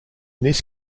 this